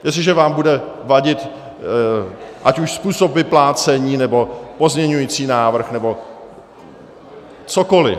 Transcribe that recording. Jestliže vám bude vadit ať už způsob vyplácení, nebo pozměňovací návrh, nebo cokoli.